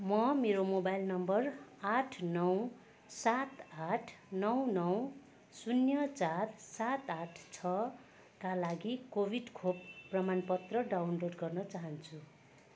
म मेरो mobile number आठ नौ सात आठ नौ नौ शून्य चार सात आठ छका लागि कोभिड खोप प्रमाणपत्र डाउनलोड गर्न चाहन्छु